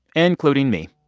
including me.